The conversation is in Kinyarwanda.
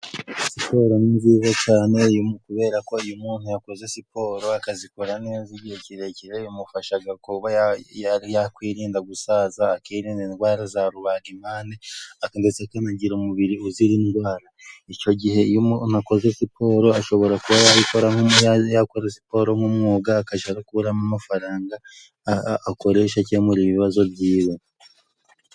Imyitozo ngororamubiri ni myiza cyane kuberako iyo umuntu yakoze imyitozo ngororamubiri akayikora neza igihe kirekire bimufasha kuba yakwirinda gusaza, akirinda indwara za rubagimpande, akanagira umubiri uzira indwara, icyo gihe iyo umuntu akoze imyitozo ngororamubiri ashobora kuba yabikora nk'umuya yakora imyitozo ngororamubiri nk'umwuga akajya arakuramo amafaranga akoresha akemura ibibazo bye.